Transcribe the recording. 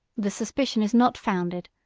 the suspicion is not founded,